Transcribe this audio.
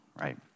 right